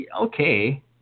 okay